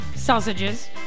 Sausages